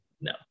No